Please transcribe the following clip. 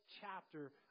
chapter